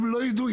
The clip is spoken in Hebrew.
הם לא ידעו,